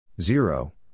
Zero